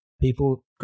People